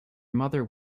mother